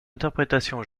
interprétation